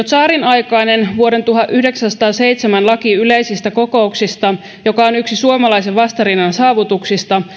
tsaarin aikainen vuoden tuhatyhdeksänsataaseitsemän laki yleisistä kokouksista joka on yksi suomalaisen vastarinnan saavutuksista